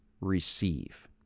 receive